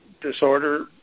disorder